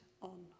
on